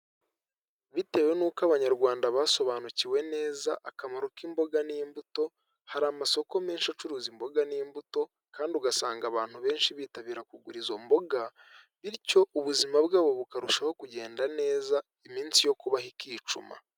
Bitewe n'uko abanyarwanda basobanukiwe neza akamaro k'imboga n'imbuto, hari amasoko menshi acuruza imboga n'imbuto kandi ugasanga abantu benshi bitabira kugura izo mboga, bityo ubuzima bwabo bukarushaho kugenda neza iminsi yo kubaho ikicuma.